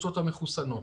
בקבוצות המחוסנות.